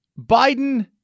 Biden